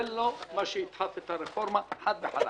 זה לא מה שיידחף את הרפורמה, חד וחלק.